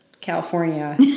California